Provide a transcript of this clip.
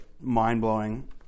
mind-blowing